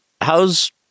how's